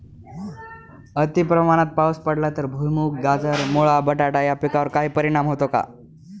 अतिप्रमाणात पाऊस पडला तर भुईमूग, गाजर, मुळा, बटाटा या पिकांवर काही परिणाम होतो का?